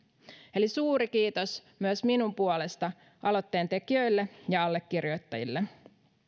eli suuri kiitos myös minun puolestani aloitteen tekijöille ja allekirjoittajille